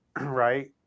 right